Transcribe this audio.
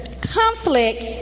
conflict